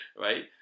Right